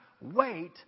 Wait